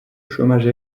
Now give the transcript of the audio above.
chômage